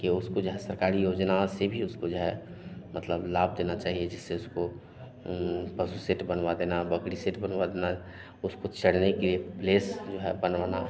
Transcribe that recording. कि उसको जो है सरकारी योजनाओं से भी उसको जो है मतलब लाभ देना चाहिए जिससे उसको पशु सेट बनवा देना बकरी सेट बनवा देना उसको चलने के लिए प्लेस जो है बनवाना